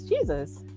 Jesus